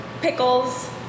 Pickles